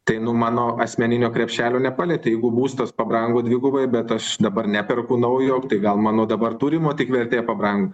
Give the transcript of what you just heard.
tai nu mano asmeninio krepšelio nepalietė jeigu būstas pabrango dvigubai bet aš dabar neperku naujo tai gal mano dabar turimo tik vertė pabrango